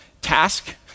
task